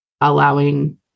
allowing